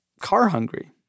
car-hungry